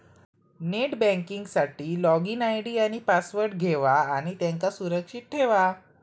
net banking साठी login ID आणि password घेवा आणि त्यांका सुरक्षित ठेवा